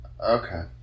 Okay